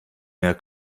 mehr